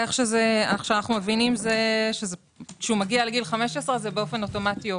אנחנו מבינים שכאשר הוא מגיע לגיל 15 זה עובר באופן אוטומטי.